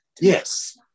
Yes